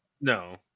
No